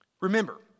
Remember